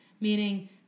meaning